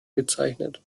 bezeichnet